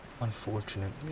unfortunately